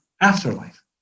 afterlife